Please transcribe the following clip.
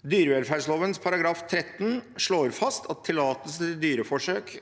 Dyrevelferdsloven § 13 slår fast at tillatelse til dyreforsøk